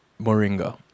moringa